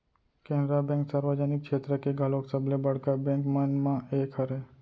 Canara bank सार्वजनिक छेत्र के घलोक सबले बड़का बेंक मन म एक हरय